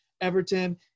everton